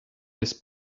his